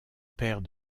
père